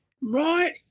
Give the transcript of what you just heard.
Right